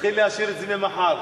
לך שהרב כדורי מאוד אהב "במבה".